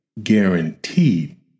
guaranteed